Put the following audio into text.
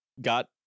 got